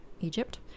egypt